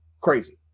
Crazy